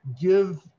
give